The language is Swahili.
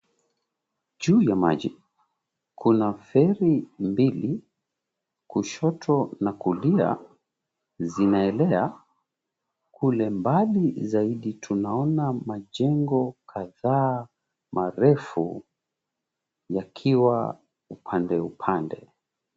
Juu ya maji kuna feri mbili, kushoto na kulia zinaelea. Kule mbali zaidi tunaona majengo kadhaa marefu yakiwa upande upande.